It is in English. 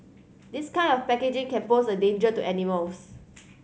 this kind of packaging can pose a danger to animals